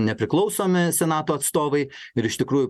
nepriklausomi senato atstovai ir iš tikrųjų